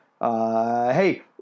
Hey